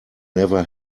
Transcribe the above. never